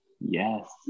Yes